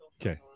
okay